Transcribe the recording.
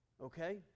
Okay